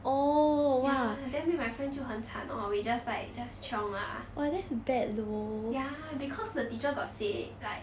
ya then me and my friend 就很惨 lor we just like just chiong ah ya because the teacher got say like